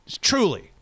truly